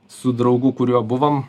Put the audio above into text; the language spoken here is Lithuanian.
su draugu kuriuo buvom